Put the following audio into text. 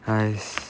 !hais!